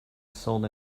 sold